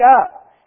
up